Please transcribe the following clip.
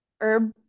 herb